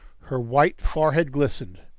her white forehead glistened.